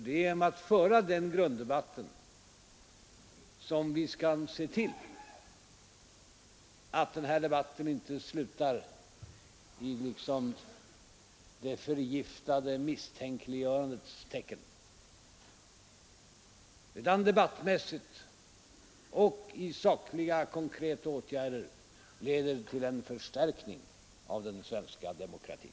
Det är genom att föra en sådan grunddebatt som vi skall se till att den här diskussionen inte slutar i det förgiftade misstänkliggörandets tecken utan debattmässigt och i fråga om sakliga, konkreta åtgärder leder till en förstärkning av den svenska demokratin.